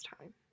time